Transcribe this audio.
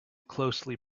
closely